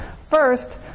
First